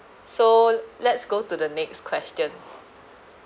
so let's go to the next question